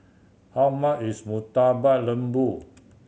how much is Murtabak Lembu